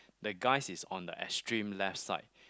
the guys is on the extreme left side